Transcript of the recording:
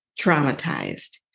traumatized